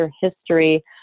history